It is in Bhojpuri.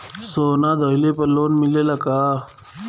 सोना दहिले पर लोन मिलल का?